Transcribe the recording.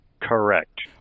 Correct